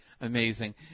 Amazing